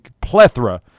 plethora –